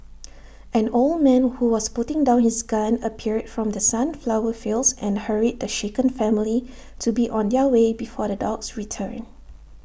an old man who was putting down his gun appeared from the sunflower fields and hurried the shaken family to be on their way before the dogs return